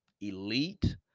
elite